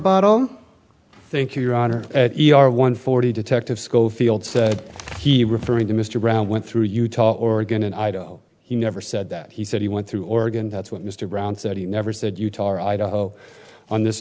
bottle thank you your honor our one forty detective schofield said he referring to mr brown went through utah oregon and i don't know he never said that he said he went through oregon that's what mr brown said he never said utah idaho on this